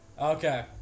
Okay